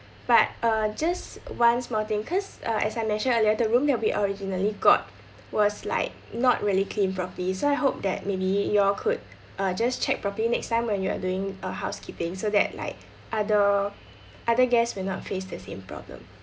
but uh just one small thing cause uh as I mentioned earlier the room that we originally got was like not really cleaned properly so I hope that maybe you all could uh just check properly next time when you are doing uh housekeeping so that like other other guests will not face the same problem